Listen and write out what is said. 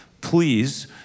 Please